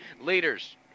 leaders